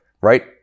right